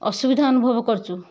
ଅସୁବିଧା ଅନୁଭବ କରୁଛୁ